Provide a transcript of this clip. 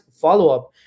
follow-up